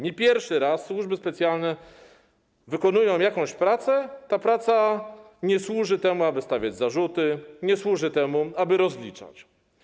Nie pierwszy raz służby specjalne wykonują jakąś pracę i ta praca nie służy temu, aby stawiać zarzuty, nie służy temu, aby rozliczać.